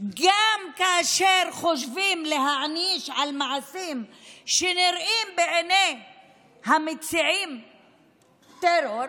גם כאשר חושבים להעניש על מעשים שנראים בעיני המציעים טרור,